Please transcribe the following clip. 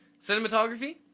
Cinematography